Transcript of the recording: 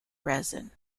resin